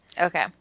Okay